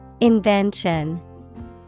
Invention